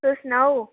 तुस सनाओ